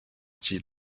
jill